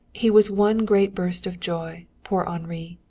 he was one great burst of joy, poor henri.